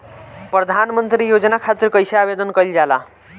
प्रधानमंत्री योजना खातिर कइसे आवेदन कइल जाला?